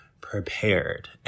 prepared